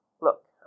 look